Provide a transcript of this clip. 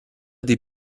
dei